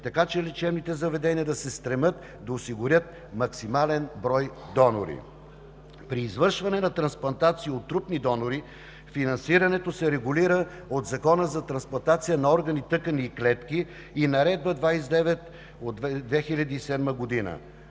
така че лечебните заведения да се стремят да осигурят максимален брой донори. При извършване на трансплантации от трупни донори финансирането се регулира от Закона за трансплантация на органи, тъкани и клетки и Наредба № 29 от 2007 г.